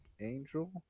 Angel